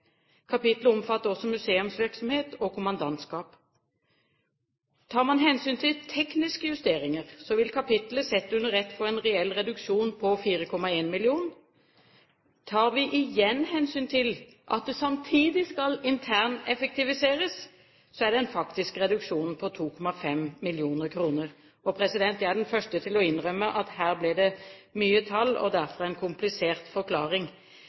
omfatter også museumsvirksomhet og kommandantskap. Tar man hensyn til tekniske justeringer, vil kapittelet sett under ett få en reell reduksjon på 4,1 mill. kr. Tar vi igjen hensyn til at det samtidig skal interneffektiviseres, er den faktiske reduksjonen på 2,5 mill. kr. Jeg er den første til å innrømme at her blir det mye tall og derfor en komplisert forklaring.